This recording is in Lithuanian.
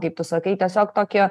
kaip tu sakai tiesiog tokį